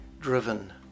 driven